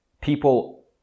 People